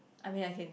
I mean like him